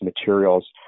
materials